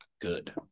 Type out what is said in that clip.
good